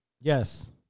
Yes